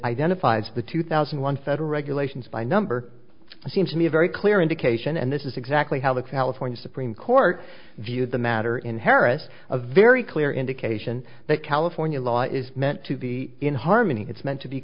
identifies the two thousand one federal regulations by number seems to me a very clear indication and this is exactly how the california supreme court viewed the matter in harris a very clear indication that california law is meant to be in harmony it's meant to be